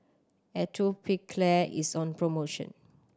Atopiclair is on promotion